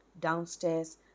Downstairs